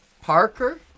Parker